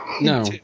No